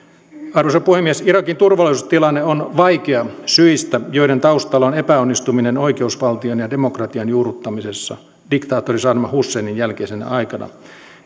arvoisa puhemies irakin turvallisuustilanne on vaikea syistä joiden taustalla on epäonnistuminen oikeusvaltion ja demokratian juurruttamisessa diktaattori saddam husseinin jälkeisenä aikana isilin